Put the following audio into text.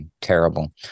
terrible